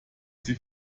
sie